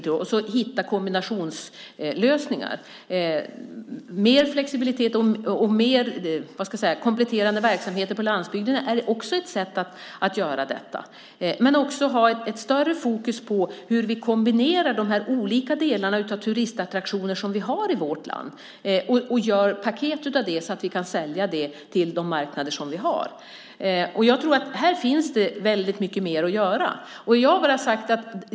Och det gäller att hitta kombinationslösningar. Mer flexibilitet och mer kompletterande verksamheter på landsbygden är också ett sätt att göra detta. Men man får också fokusera mer på hur man kombinerar olika delar av de turistattraktioner som finns i vårt land och så att säga göra paket av dem så att man kan sälja dem till de marknader som finns. Jag tror att det finns väldigt mycket mer att göra här.